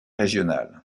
régional